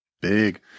Big